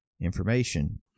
information